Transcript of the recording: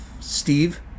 Steve